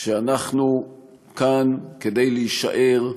שאנחנו כאן כדי להישאר,